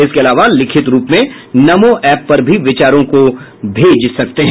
इसके अलावा लिखित रूप में नमो एप पर भी विचारों को भेज सकते हैं